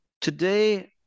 Today